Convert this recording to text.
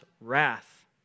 wrath